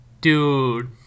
dude